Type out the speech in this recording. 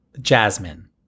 Jasmine